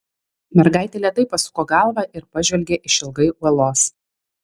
mergaitė lėtai pasuko galvą ir pažvelgė išilgai uolos